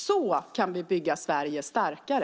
Så kan vi bygga Sverige starkare.